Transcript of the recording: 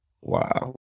Wow